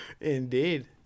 Indeed